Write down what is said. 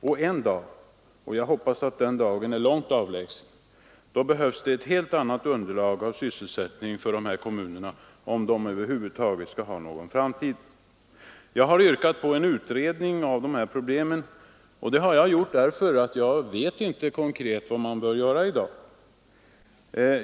Och en dag — jag hoppas att den är långt avlägsen — behövs ett helt annat underlag för sysselsättning i malmkommunerna om de över huvud taget skall ha någon framtid. Jag har yrkat på en utredning av de här problemen, och det har jag gjort därför att jag i dag inte klart kan ange vad som konkret bör göras.